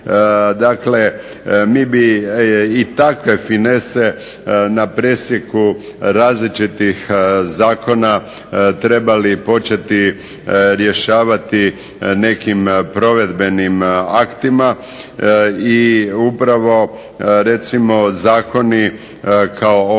Dakle, mi bi i takve finese na presjeku različitih zakona trebali početi rješavati nekim provedbenim aktima i upravo recimo zakoni kao ovaj